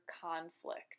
conflict